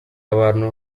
ahantu